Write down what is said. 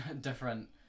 different